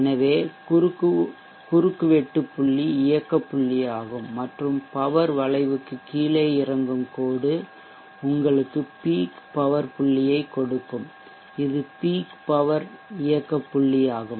எனவே குறுக்குவெட்டு புள்ளி இயக்க புள்ளியாகும் மற்றும் பவர் வளைவுக்கு கீழே இறங்கும் கோடு உங்களுக்கு பீக் பவர் புள்ளியைக் கொடுக்கும் இது பீக் பவர் இயக்க புள்ளியாகும்